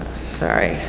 sorry.